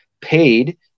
paid